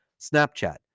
Snapchat